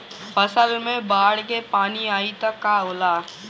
फसल मे बाढ़ के पानी आई त का होला?